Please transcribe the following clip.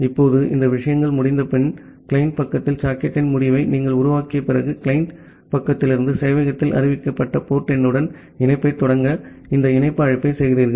இப்போது இந்த விஷயங்கள் முடிந்தபின் கிளையன்ட் பக்கத்தில் சாக்கெட்டின் முடிவை நீங்கள் உருவாக்கிய பிறகு கிளையன்ட் பக்கத்திலிருந்து சேவையகத்தால் அறிவிக்கப்பட்ட போர்ட் எண்ணுடன் இணைப்பைத் தொடங்க இந்த இணைப்பு அழைப்பை செய்கிறீர்கள்